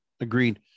Agreed